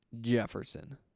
Jefferson